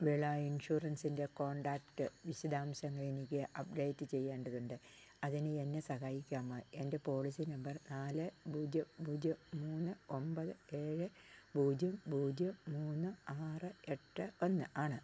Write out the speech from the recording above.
വിള ഇൻഷുറൻസിൻ്റ കോൺടാക്റ്റ് വിശദാംശങ്ങൾ എനിക്ക് അപ്ഡേറ്റ് ചെയ്യേണ്ടതുണ്ട് അതിന് എന്നെ സഹായിക്കാമോ എൻ്റെ പോളിസി നമ്പർ നാല് പൂജ്യം പൂജ്യം മൂന്ന് ഒമ്പത് ഏഴ് പൂജ്യം പൂജ്യം മൂന്ന് ആറ് എട്ട് ഒന്ന് ആണ്